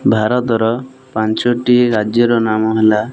ଭାରତର ପାଞ୍ଚୋଟି ରାଜ୍ୟର ନାମ ହେଲା